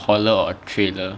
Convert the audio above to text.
horror or trailer